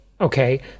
Okay